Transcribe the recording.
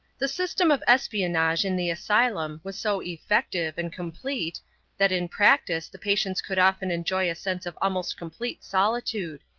the system of espionage in the asylum was so effective and complete that in practice the patients could often enjoy a sense of almost complete solitude.